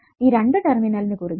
ഈ രണ്ടു ടെർമിനലിന് കുറുകെ